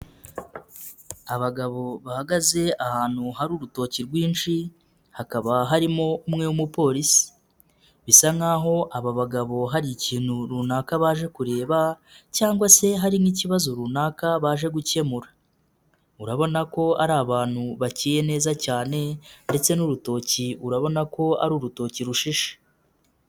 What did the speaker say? Abagabo bahagaze ahantu hari urutoki rwinshi, hakaba harimo umwe w'umupolisi. Bisa nkaho aba bagabo hari ikintu runaka baje kureba cyangwa se hari nk'ikibazo runaka baje gukemura. Urabona ko ari abantu baki neza cyane ndetse n'urutoki urabona ko ari urutoki rushishe.